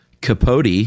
Capote